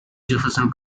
jefferson